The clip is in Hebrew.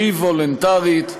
שהיא וולונטרית,